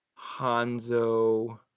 Hanzo